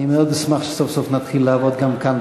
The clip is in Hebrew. אני מאוד אשמח שסוף-סוף נתחיל לעבוד גם כאן,